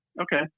okay